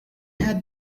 had